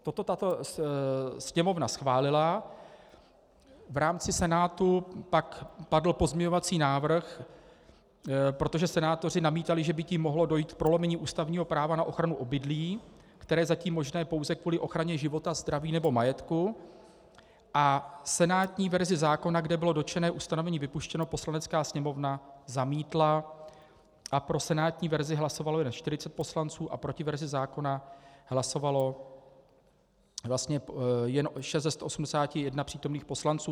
Toto tato Sněmovna schválila, v rámci Senátu pak padl pozměňovací návrh, protože senátoři namítali, že by tím mohlo dojít k prolomení ústavního práva na ochranu obydlí, které je zatím možné pouze kvůli ochraně života, zdraví nebo majetku, a senátní verzi zákona, kde bylo dotčené ustanovení vypuštěno, Poslanecká sněmovna zamítla a pro senátní verzi hlasovalo jen 40 poslanců a proti verzi zákona hlasovalo jen 6 ze 181 přítomných poslanců.